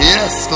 Yes